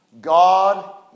God